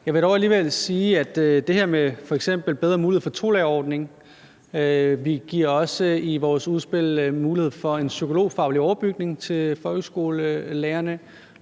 med i vores udspil, altså det her med bedre mulighed for tolærerordninger, bedre mulighed for en psykologfaglig overbygning til folkeskolelærerne